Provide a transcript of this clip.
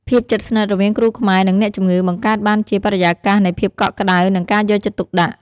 ភាពជិតស្និទ្ធរវាងគ្រូខ្មែរនិងអ្នកជំងឺបង្កើតបានជាបរិយាកាសនៃភាពកក់ក្តៅនិងការយកចិត្តទុកដាក់។